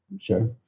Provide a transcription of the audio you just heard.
Sure